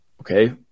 okay